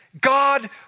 God